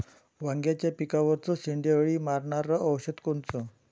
वांग्याच्या पिकावरचं शेंडे अळी मारनारं औषध कोनचं?